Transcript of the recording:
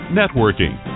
networking